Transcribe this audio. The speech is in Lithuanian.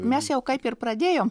mes jau kaip ir pradėjom